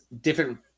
different